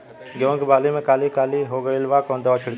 गेहूं के बाली में काली काली हो गइल बा कवन दावा छिड़कि?